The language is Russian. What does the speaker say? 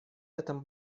этом